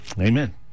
amen